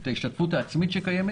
את ההשתתפות העצמית שקיימת.